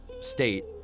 state